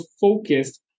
focused